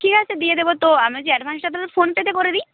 ঠিক আছে দিয়ে দেবো তো আমি বলছি অ্যাডভান্সটা তোমায় ফোন পেতে করে দিই